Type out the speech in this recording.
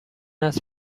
است